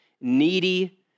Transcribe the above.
needy